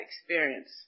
experience